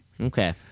okay